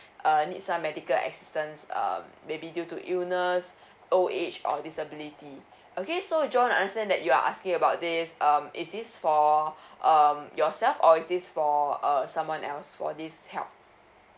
uh need some medical assistance uh maybe due to illness old age or disability okay so J O H N I understand that you're asking about this um is this for um yourself or is this for uh someone else for this help